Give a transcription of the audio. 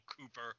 Cooper